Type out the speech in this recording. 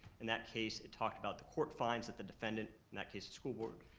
in that case, it talked about the court fines that the defendant, in that case the school board,